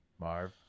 Marv